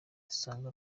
dusanga